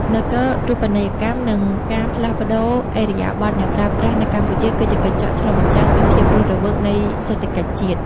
នគរូបនីយកម្ម និងការផ្លាស់ប្តូរឥរិយាបថអ្នកប្រើប្រាស់នៅកម្ពុជា គឺជាកញ្ចក់ឆ្លុះបញ្ចាំងពីភាពរស់រវើកនៃសេដ្ឋកិច្ចជាតិ។